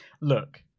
Look